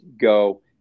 go